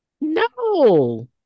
No